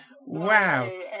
Wow